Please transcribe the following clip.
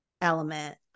element